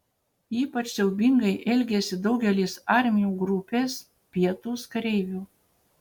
ypač siaubingai elgėsi daugelis armijų grupės pietūs kareivių